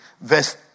verse